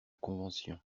convention